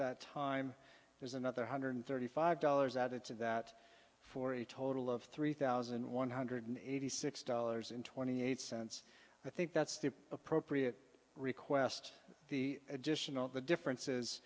that time there's another hundred thirty five dollars added to that for a total of three thousand one hundred eighty six dollars in twenty eight cents i think that's the appropriate request the additional the difference